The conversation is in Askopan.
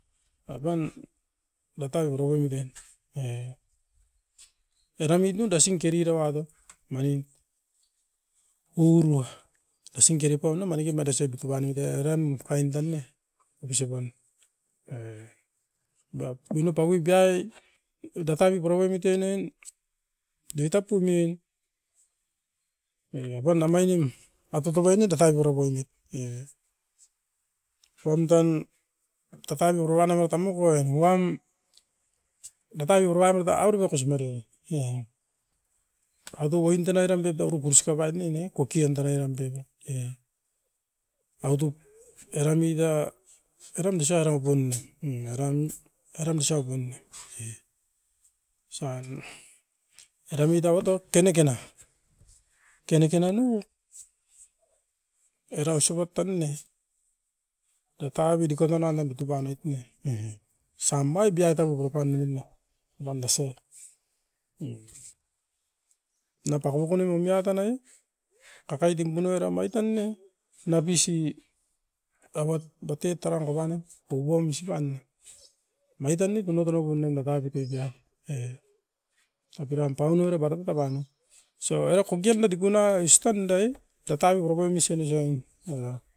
apanda tau pura poimit e. E era muit no dasin kerirouat e manin, uo uruwa dasin keripau na maniki marisio bituba noit e eran kain tan ne, obisi ban. Diai bino paui biai oida taui pura poimit e nuain, diotap punin e apan da mainim matoto uan ne tokai bero poimit. E suam tan tataviu uro uan na mai tamoko e, puam da taui puro uan o ta auropa kosimario, e au to oin tanai ram doit ta uru suka ban ni ne kokion tanai ran pene e. Autup eran ni ta eram da suarau pun no, era nui, eram dusau pun ne. E osa nu, era muit abotop teneke na kenekena nu, erau sipap tan ne dotavi dikoto nanon bituba noit ne e. Osam mai biai tauoro pan novin ne, avan dasio, unapa kovoku numio tanai akaidin muno eram mait tan ne, na bisi tauat batet taran kopanen oukopom bisi pan ne. Mai tan ne tunot era kunum nakai pitoi pia, e opiram pauno era bara tata ban na, era kop ge no dikuna iston dai, da tavi purapoi misin isoim, a